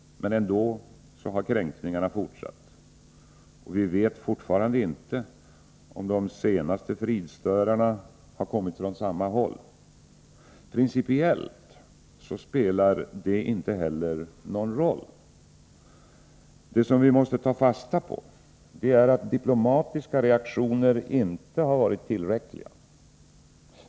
Ändå har kränkningarna fortsatt. Vi vet fortfarande inte, om de senaste fridstörarna har kommit från samma håll. Principiellt spelar det inte heller någon roll. Det som vi måste ta fasta på är att diplomatiska reaktioner inte har varit tillräckliga.